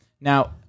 Now